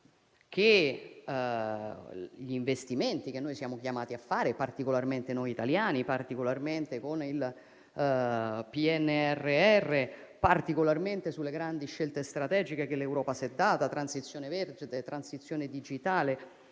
degli investimenti che siamo chiamati a fare, particolarmente noi italiani, particolarmente con il PNRR, particolarmente sulle grandi scelte strategiche che l'Europa si è data: transizione verde, transizione digitale